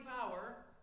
power